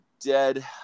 dead